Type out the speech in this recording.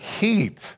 heat